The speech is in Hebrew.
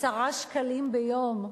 10 שקלים ביום.